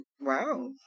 Wow